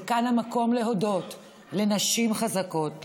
וכאן המקום להודות לנשים חזקות,